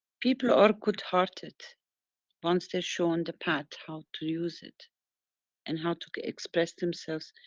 people are good hearted once they're shown the path, how to use it and how to express themselves.